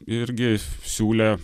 irgi siūlė